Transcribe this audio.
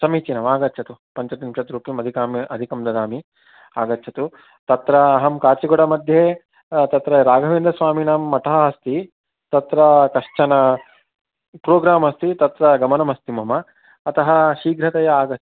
समीचीनम् आगच्छतु पञ्चत्रिंशत् रूप्यं अधिकां अधिकं ददामि आगच्छतु तत्र अहं काचिगुडामध्ये तत्र राघवेन्द्रस्वामिनां मठः अस्ति तत्र कश्चन प्रोग्राम् अस्ति तत्र गमनम् अस्ति मम अतः शीघ्रतया आग